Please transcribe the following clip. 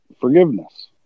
forgiveness